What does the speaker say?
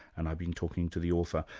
and i've been talking to the author.